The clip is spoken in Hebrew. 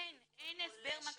אין הסבר מקסימלי,